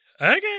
Okay